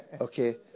Okay